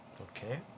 Okay